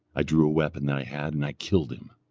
i drew a weapon that i had and i killed him.